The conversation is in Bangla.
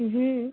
হুম